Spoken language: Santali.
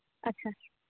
ᱟᱪᱪᱷᱟ